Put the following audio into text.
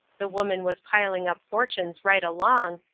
the woman was piling up fortunes right along,